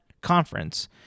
conference